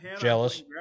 jealous